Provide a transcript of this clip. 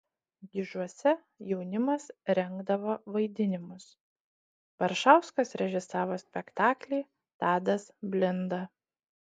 gižuose jaunimas rengdavo vaidinimus baršauskas režisavo spektaklį tadas blinda